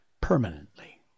permanently